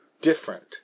different